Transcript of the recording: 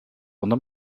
unterm